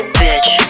bitch